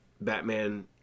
Batman